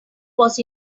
was